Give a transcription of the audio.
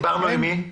דיברנו עם מי?